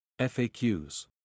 FAQs